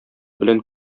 белән